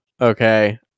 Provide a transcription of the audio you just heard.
Okay